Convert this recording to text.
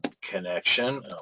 connection